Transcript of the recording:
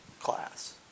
class